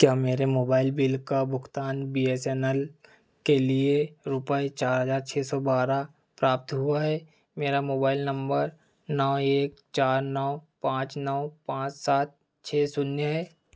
क्या मेरे mobile bill का भुगतान बी एस एन एल के लिए रुपये चार हज़ार छह सौ बारह प्राप्त हुआ है मेरा मोबाइल नम्बर नौ एक चार नौ पाँच नौ पाँच सात छह शून्य है